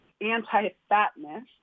Anti-fatness